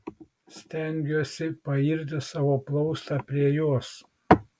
stengiuosi pairti savo plaustą prie jos